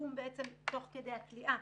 בשיקום תוך כדי הכליאה,